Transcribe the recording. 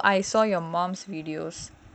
so that's how I saw your mum's videos